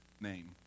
name